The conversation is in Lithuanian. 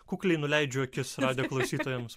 kukliai nuleidžiu akis radijo klausytojams